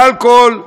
באלכוהול.